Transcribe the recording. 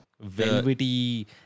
velvety